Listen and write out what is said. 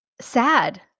sad